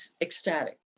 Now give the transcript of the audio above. ecstatic